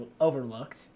overlooked